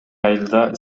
айылда